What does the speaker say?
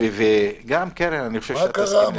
גם קרן --- מה קרה?